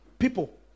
people